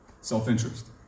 Self-interest